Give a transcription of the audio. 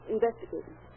Investigating